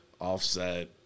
offset